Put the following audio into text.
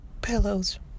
pillows